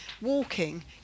walking